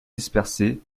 dispersés